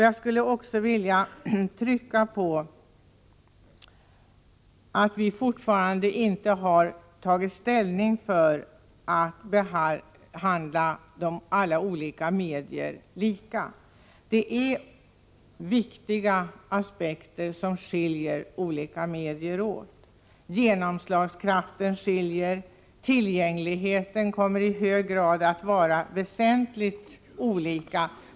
Jag skulle också vilja trycka på att vi fortfarande inte tagit ställning för att behandla alla olika medier lika. Det är viktiga aspekter som skiljer olika medier åt. Genomslagskraften skiljer. Tillgängligheten kommer i hög grad att vara olika.